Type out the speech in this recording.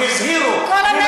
שדיברו על,